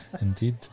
indeed